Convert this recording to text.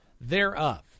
thereof